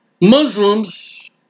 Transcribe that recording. Muslims